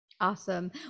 Awesome